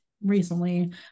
recently